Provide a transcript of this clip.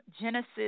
Genesis